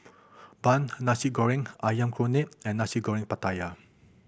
bun Nasi Goreng Ayam Kunyit and Nasi Goreng Pattaya